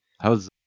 How's